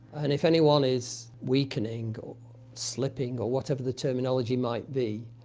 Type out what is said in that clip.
and if anyone is weakening, or slipping, or whatever the terminology might be,